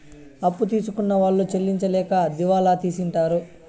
అప్పు తీసుకున్న వాళ్ళు చెల్లించలేక దివాళా తీసింటారు